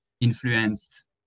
influenced